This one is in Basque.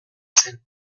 zen